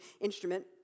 instrument